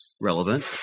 Relevant